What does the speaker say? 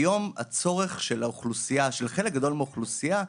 היום הצורך של חלק גדול מהאוכלוסייה,